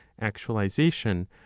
actualization